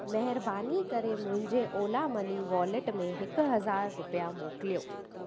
महिरबानी करे मुंहिंजे ओला मनी वॉलेट में हिकु हज़ार रुपया मोकिलियो